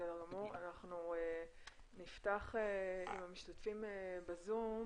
אנחנו נפתח עם המשתתפים בזום,